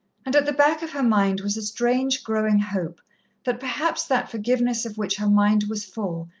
and at the back of her mind was a strange, growing hope that perhaps that forgiveness of which her mind was full,